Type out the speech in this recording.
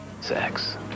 sex